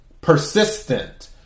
persistent